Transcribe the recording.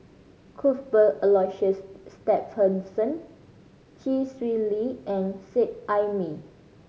Cuthbert Aloysius Shepherdson Chee Swee Lee and Seet Ai Mee